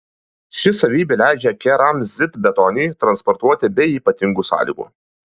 ši savybė leidžia keramzitbetonį transportuoti be ypatingų sąlygų